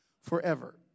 forever